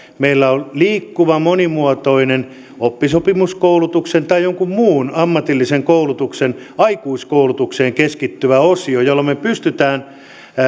meillä on liikkuva monimuotoinen oppisopimuskoulutuksen tai jonkun muun ammatillisen koulutuksen aikuiskoulutukseen keskittyvä osio jolla me pystymme